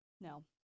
No